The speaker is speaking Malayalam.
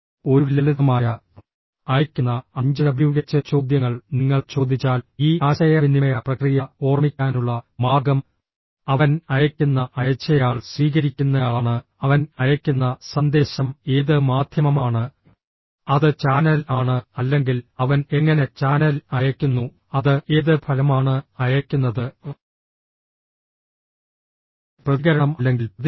ഒരു ലളിതമായ അയയ്ക്കുന്ന അഞ്ച് ഡബ്ല്യുഎച്ച് ചോദ്യങ്ങൾ നിങ്ങൾ ചോദിച്ചാൽ ഈ ആശയവിനിമയ പ്രക്രിയ ഓർമ്മിക്കാനുള്ള മാർഗ്ഗം അവൻ അയയ്ക്കുന്ന അയച്ചയാൾ സ്വീകരിക്കുന്നയാളാണ് അവൻ അയയ്ക്കുന്ന സന്ദേശം ഏത് മാധ്യമമാണ് അത് ചാനൽ ആണ് അല്ലെങ്കിൽ അവൻ എങ്ങനെ ചാനൽ അയയ്ക്കുന്നു അത് ഏത് ഫലമാണ് അയയ്ക്കുന്നത് പ്രതികരണം അല്ലെങ്കിൽ പ്രതികരണം